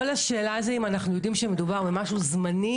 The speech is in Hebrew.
כל השאלה זה אם אנחנו יודעים שמדובר במשהו זמני,